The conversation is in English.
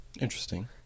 Interesting